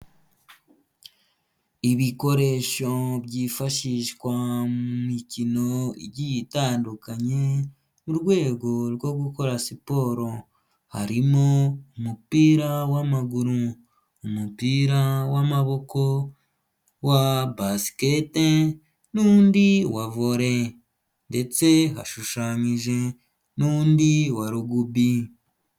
Ibikoresho byifashishwa mu mikino igiye itandukanye, mu rwego rwo gukora siporo. Harimo umupira w'amaguru, umupira w'amaboko wa basket n'undi wa volley. Ndetse hashushanyije n'undi wa rugby.